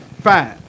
fine